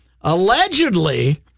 allegedly